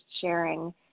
sharing